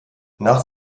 nach